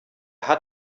hat